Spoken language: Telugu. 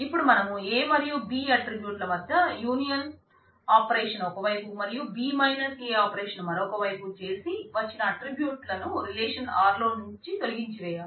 ఇపుడు మనం A మరియు B ఆట్రిబ్యూట్ల U ఆపరేషన్ ఒక వైపు మరియు B మైనస్ A ఆపరేషన్ను మరొక వైపు చేసి వచ్చిన ఆట్రిబ్యూట్లను రిలేషన్ R నుంచి తొలగించివేయాలి